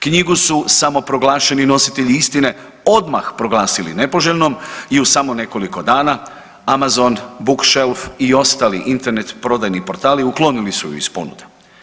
Knjigu su samoproglašeni nositelji istine odmah proglasili nepoželjnom i u samo nekoliko dana Amazon bookshelf i ostali Internet prodajni portali uklonili su je iz ponude.